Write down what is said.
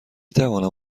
توانم